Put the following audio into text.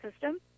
system